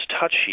touchy